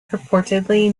purportedly